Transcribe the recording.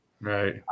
right